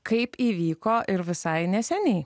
kaip įvyko ir visai neseniai